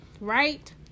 Right